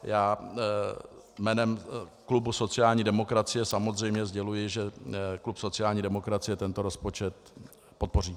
A já jménem klubu sociální demokracie samozřejmě sděluji, že klub sociální demokracie tento rozpočet podpoří.